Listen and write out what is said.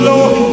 Lord